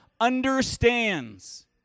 understands